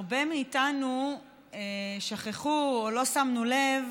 הרבה מאיתנו שכחו או לא שמו לב.